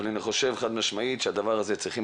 אבל אני חושב חד משמעית שבדבר הזה צריכים